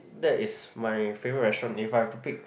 that is my favourite restaurant if I have to pick